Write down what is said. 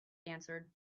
answered